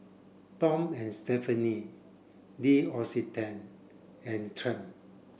Tom and Stephanie L'Occitane and Triumph